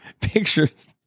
Pictures